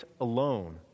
alone